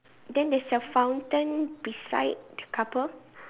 then there's a fountain beside the couple